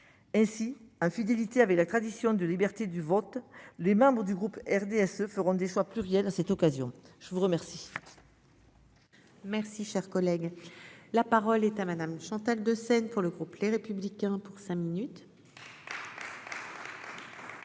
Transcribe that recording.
ainsi fidélité avec la tradition de liberté du vote, les membres du groupe RDSE feront des fois pluriel à cette occasion je vous remercie. Merci, cher collègue, la parole est à madame Chantal de scène pour le groupe Les Républicains pour cinq minutes.